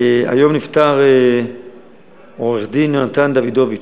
היום נפטר עורך-הדין יונתן דוידוביץ.